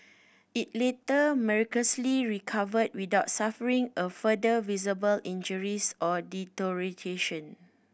it later miraculously recovered without suffering a further visible injuries or deterioration